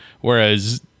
Whereas